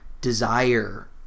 desire